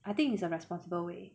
I think is a responsible way